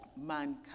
mankind